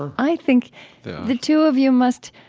i think the two of you must